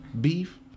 beef